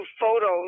photos